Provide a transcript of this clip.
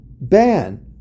ban